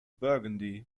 burgundy